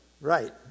Right